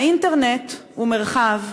האינטרנט הוא מרחב,